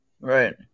Right